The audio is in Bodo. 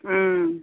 उम